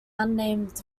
unnamed